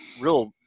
real